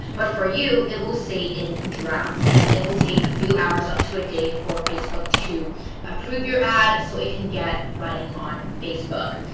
but for you, it will say in draft. and it will take a few hours, up to a day, for facebook to approve your ad so it can get running on facebook.